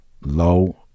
low